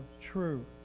true